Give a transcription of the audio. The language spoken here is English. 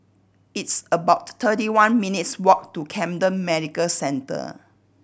it's about thirty one minutes' walk to Camden Medical Centre